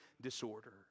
disorder